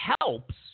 helps